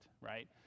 right